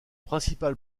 principal